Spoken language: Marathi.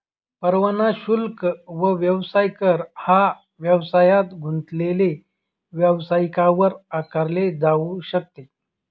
परवाना शुल्क व व्यवसाय कर हा व्यवसायात गुंतलेले व्यावसायिकांवर आकारले जाऊ शकते